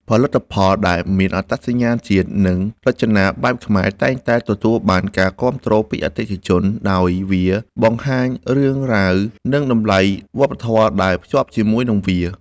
ផលិតផលដែលមានអត្តសញ្ញាណជាតិ និងរចនាបែបខ្មែរ តែងតែទទួលបានការគាំទ្រពីអតិថិជន ដោយវាបង្ហាញរឿងរ៉ាវ និងតម្លៃវប្បធម៌ដែលភ្ជាប់ជាមួយនឹងវា។